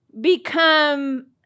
become